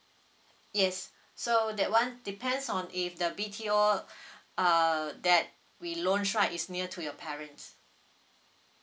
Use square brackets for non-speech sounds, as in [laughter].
yes so that [one] depends on if the B_T_O [breath] uh that we launch right is near to your parents